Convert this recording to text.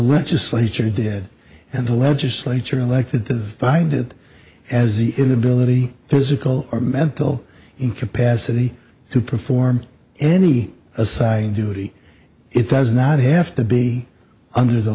legislature did and the legislature elected to find it as the inability physical or mental incapacity to perform any assigned duty it does not have to be under the